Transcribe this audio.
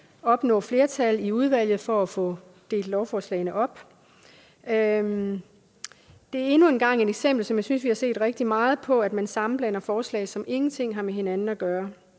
kan opnå flertal i udvalget til at få delt lovforslaget op. Det er endnu en gang et eksempel, som jeg synes vi har set rigtig mange af, på, at man sammenblander forslag, som ingenting har med hinanden at gøre.